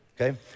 okay